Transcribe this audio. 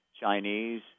Chinese